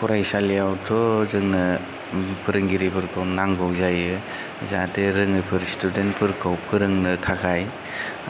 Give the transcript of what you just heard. फरायसालियावथ' जोङो फोरोंगिरिफोरखौ नांगौ जायो जाहाथे रोङैफोर स्तुदेन्सफोरखौ फोरोंनो थाखाय